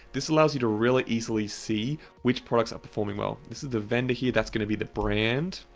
this allows you to really easily see which products are performing well. this is the vendor here, that's going to be the brand.